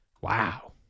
Wow